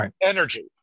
energy